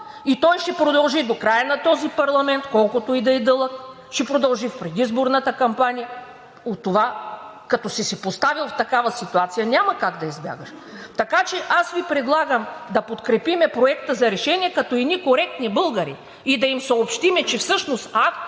И той ще продължи до края на този парламент, колкото и да е дълъг, ще продължи в предизборната кампания. От това, като си се поставил в тази ситуация, няма как да избягаш. Аз Ви предлагам да подкрепим Проекта за решение като едни коректни българи и да им съобщим, че всъщност